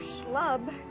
schlub